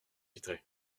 vitrée